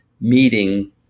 meeting